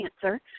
cancer